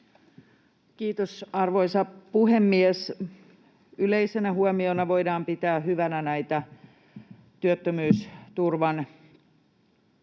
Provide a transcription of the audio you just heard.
Kiitos, arvoisa puhemies! Yleisenä huomiona voidaan pitää hyvänä näitä työttömyysturvan